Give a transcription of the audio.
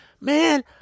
Man